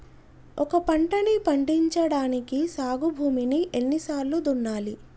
ఒక పంటని పండించడానికి సాగు భూమిని ఎన్ని సార్లు దున్నాలి?